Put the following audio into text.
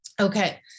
Okay